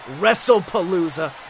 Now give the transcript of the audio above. Wrestlepalooza